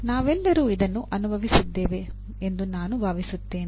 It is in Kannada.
ನಾವೆಲ್ಲರೂ ಇದನ್ನು ಅನುಭವಿಸಿದ್ದೇವೆ ಎಂದು ನಾನು ಭಾವಿಸುತ್ತೇನೆ